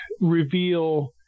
reveal